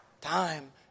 time